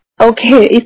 Okay